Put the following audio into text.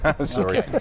sorry